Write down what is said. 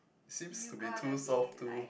seems to be too soft too